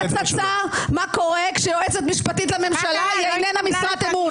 קיבלתי הצצה למה קורה כשיועצת משפטית לממשלה היא איננה משרת אמון.